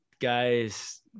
Guys